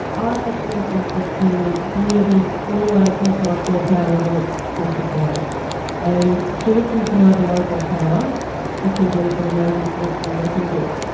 i actually say that the community always has much more power than it thinks it does and should it choose to mobilise that power it can be an amazing force to be reckoned with.